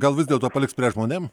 gal vis dėlto palikt spręst žmonėm